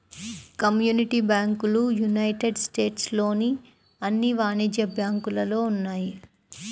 community బ్యాంకులు United States లోని అన్ని వాణిజ్య బ్యాంకులలో ఉన్నాయి